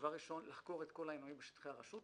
דבר ראשון, לחקור את כל העינויים בשטחי הרשות,